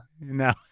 No